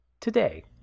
today